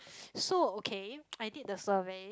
so okay I did the survey